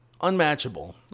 unmatchable